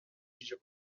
جوجه